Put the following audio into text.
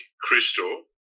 crystal